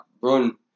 run